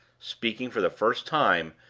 speaking for the first time,